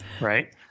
right